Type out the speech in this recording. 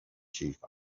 chief